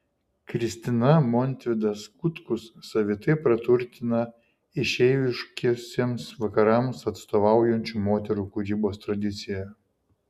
kristina montvidas kutkus savitai praturtina išeiviškiesiems vakarams atstovaujančių moterų kūrybos tradiciją